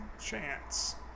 chance